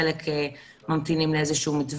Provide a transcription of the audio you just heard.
חלק ממתינים לאיזשהו מתווה,